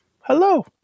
hello